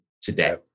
today